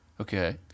Okay